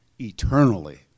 eternally